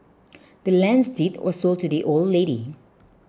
the land's deed were sold to the old lady